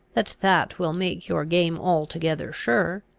that that will make your game altogether sure.